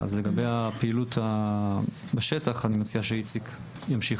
אז לגבי הפעילות בשטח אני מציע שאיציק ימשיך.